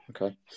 Okay